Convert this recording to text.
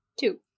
two